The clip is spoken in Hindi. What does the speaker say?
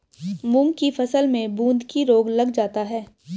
मूंग की फसल में बूंदकी रोग लग जाता है